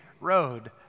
road